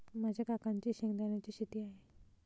माझ्या काकांची शेंगदाण्याची शेती आहे